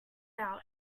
out